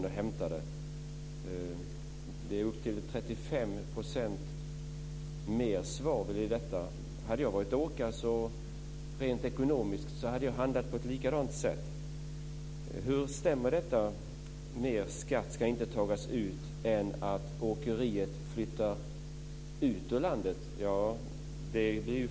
Det är ju uppemot 35 % mer svavel i denna diesel. Om jag var åkare skulle jag rent ekonomiskt ha handlat på samma sätt. Hur stämmer alltså detta med skatteuttag - att så mycket skatt inte ska tas ut att ett åkeri flyttar ut ur landet?